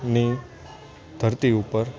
ની ધરતી ઉપર